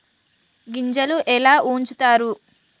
గింజలు ఎలా ఉంచుతారు?